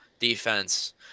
defense